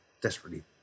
desperately